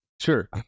Sure